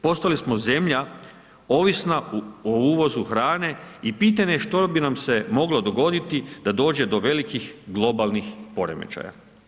Postali smo zemlja ovisna o uvozu hrane i pitanje je što bi nam se moglo dogoditi da dođe do velikih globalnih poremećaja.